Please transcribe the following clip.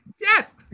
Yes